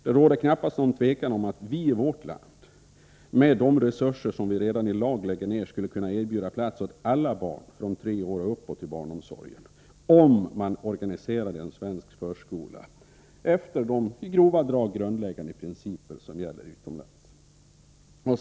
Det råder knappast någon tvekan om att vi i vårt land med de resurser som vi redan i dag lägger ned skulle kunna erbjuda plats åt alla barn från tre år och uppåt i barnomsorgen, om man organiserade en svensk förskola efter de i grova drag grundläggande principer som gäller utomlands.